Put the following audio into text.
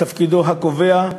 תפקידו הקובע,